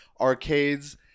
arcades